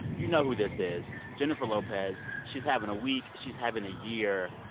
you know who this is jennifer lopez. she's having a week. she's having a year.